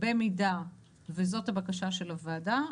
במידה שזאת הבקשה של הוועדה,